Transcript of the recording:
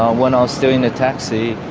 ah when i was still in the taxi i